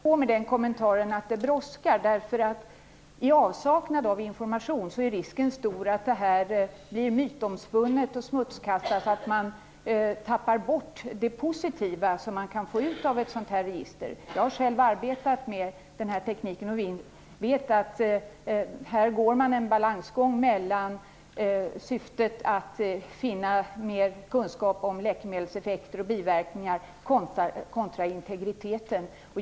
Fru talman! Jag vill lägga till att detta brådskar. I avsaknad av information är ju risken stor att det hela blir mytomspunnet och smutskastat och att man tappar bort det positiva som kan komma ut av ett sådant här register. Jag har själv arbetat med sådan här teknik och vet att här går man en balansgång mellan å ena sidan syftet att finna mera kunskap om läkemedelseffekter och biverkningar och å andra sidan integriteten.